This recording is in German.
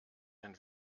den